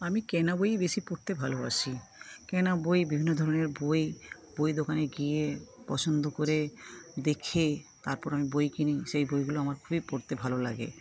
আমি কেনা বইই বেশি পড়তে ভালোবাসি কেনা বই বিভিন্ন ধরণের বই বই দোকানে গিয়ে পছন্দ করে দেখে তারপরে আমি বই কিনি সেই বইগুলো আমার খুবই পড়তে ভালো লাগে